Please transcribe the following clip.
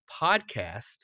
podcast